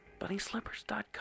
BunnySlippers.com